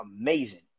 amazing